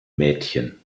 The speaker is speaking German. mädchen